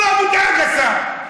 הוא לא מודאג, השר.